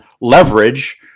leverage